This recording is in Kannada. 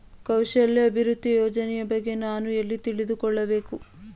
ಕೌಶಲ್ಯ ಅಭಿವೃದ್ಧಿ ಯೋಜನೆಯ ಬಗ್ಗೆ ನಾನು ಎಲ್ಲಿ ತಿಳಿದುಕೊಳ್ಳಬೇಕು?